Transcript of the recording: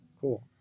Cool